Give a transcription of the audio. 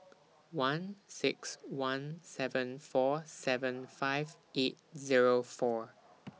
one six one seven four seven five eight Zero four